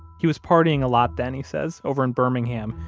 he was partying a lot then, he says, over in birmingham,